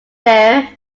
bear